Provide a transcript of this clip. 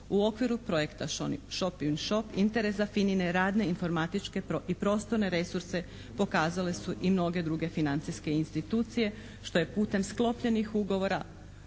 U okviru projekta shoping shop interes za FINA-ne radne informatičke i prostorne resurse pokazale su i mnoge druge financijske institucije što je putem sklopljenih ugovora